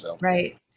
Right